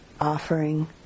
offering